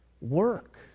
Work